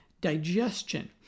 digestion